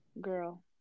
girl